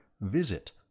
visit